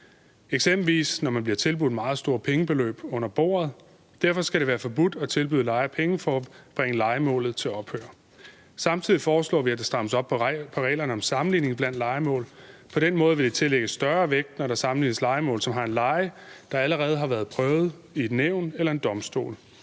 eksempelvis når man bliver tilbudt meget store pengebeløb under bordet. Derfor skal det være forbudt at tilbyde lejere penge for at bringe lejemålet til ophør. Samtidig foreslår vi, at der strammes op på reglerne om sammenligning blandt lejemål. På den måde vil det tillægges større vægt, når der sammenlignes lejemål, som har en leje, der allerede har været prøvet i et nævn eller ved en domstol.